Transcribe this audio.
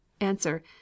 Answer